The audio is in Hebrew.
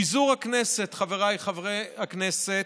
פיזור הכנסת, חבריי חברי הכנסת,